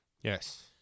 Yes